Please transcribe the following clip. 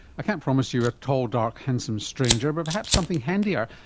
i can't promise you a tall dark handsome stranger, but perhaps something handier,